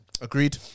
Agreed